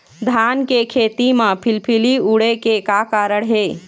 धान के खेती म फिलफिली उड़े के का कारण हे?